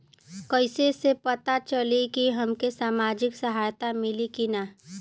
कइसे से पता चली की हमके सामाजिक सहायता मिली की ना?